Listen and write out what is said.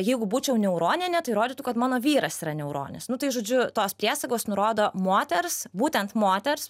jeigu būčiau niauronienė tai rodytų kad mano vyras yra niauronis nu tai žodžiu tos priesagos nurodo moters būtent moters